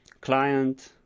client